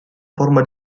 forma